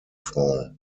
franc